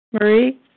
Marie